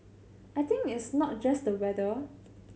I think it's not just the weather